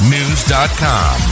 News.com